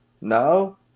No